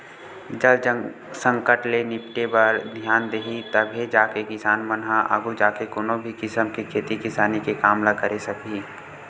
जल संकट ले निपटे बर धियान दिही तभे जाके किसान मन ह आघू जाके कोनो भी किसम के खेती किसानी के काम ल करे सकही